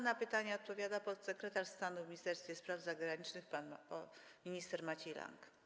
Na pytania odpowiada podsekretarz stanu w Ministerstwie Spraw Zagranicznych pan minister Maciej Lang.